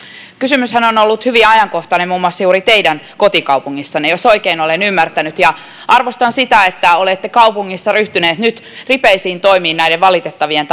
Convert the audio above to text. kysymyshän on on ollut hyvin ajankohtainen muun muassa juuri teidän kotikaupungissanne jos oikein olen ymmärtänyt arvostan sitä että olette kaupungissa ryhtyneet nyt ripeisiin toimiin näiden valitettavien